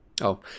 Oh